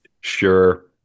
Sure